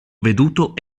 veduto